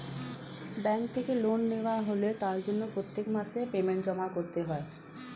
bank থেকে loan নেওয়া হলে তার জন্য প্রত্যেক মাসে পেমেন্ট জমা করতে হয়